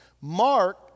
Mark